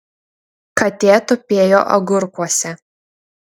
katė tupėjo agurkuose